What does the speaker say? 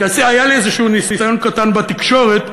כי היה לי איזשהו ניסיון קטן בתקשורת,